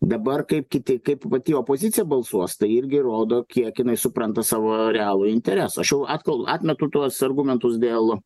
dabar kaip kiti kaip pati opozicija balsuos tai irgi rodo kiek jinai supranta savo realų interesą aš jau atka atmetu tuos argumentus dėl